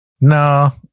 No